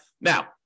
Now